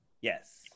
yes